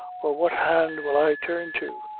or what hand will i turn to?